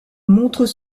montrent